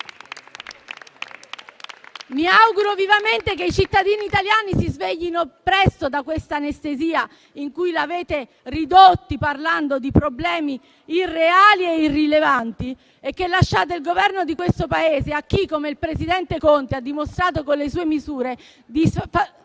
Mi auguro vivamente che i cittadini italiani si sveglino presto da questa anestesia in cui li avete ridotti, parlando di problemi irreali e irrilevanti, e che lasciate il governo di questo Paese a chi, come il presidente Conte, ha dimostrato con le sue misure di far